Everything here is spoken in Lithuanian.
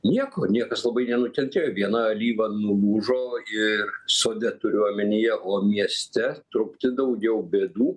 nieko niekas labai jau nukentėjo viena alyva nulūžo ir sode turiu omenyje o mieste truputį daugiau bėdų